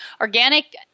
organic